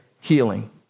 healing